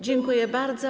Dziękuję bardzo.